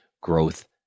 growth